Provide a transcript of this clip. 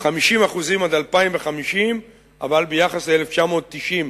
ב-50% עד 2050. אבל ביחס ל-1990,